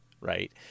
right